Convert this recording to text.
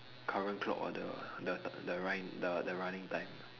current clock or the the t~ the run~ the the running time